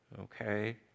Okay